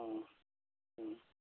অঁ অঁ